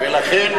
אבל לא בדרך של,